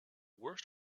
worst